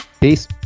Peace